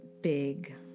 big